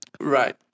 Right